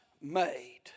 made